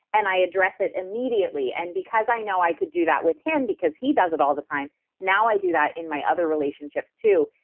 and i address it immediately. and because i know i could do that with him because he does it all the time now i do that in my other relationships too,